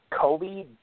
Kobe